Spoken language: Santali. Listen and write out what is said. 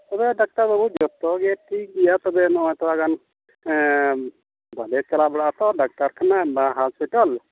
ᱛᱚᱵᱮ ᱰᱟᱠᱛᱟᱨ ᱵᱟᱹᱵᱩ ᱡᱚᱛᱚᱜᱮ ᱴᱷᱤᱠ ᱜᱮᱭᱟ ᱛᱚᱵᱮ ᱱᱚᱜᱼᱚᱭ ᱛᱷᱚᱲᱟᱜᱟᱱ ᱵᱟᱝᱞᱮ ᱪᱟᱞᱟᱣ ᱵᱟᱲᱟᱜᱼᱟ ᱛᱚ ᱰᱟᱠᱛᱟᱨ ᱠᱷᱟᱱᱟ ᱵᱟ ᱦᱚᱥᱯᱤᱴᱟᱞ